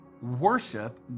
Worship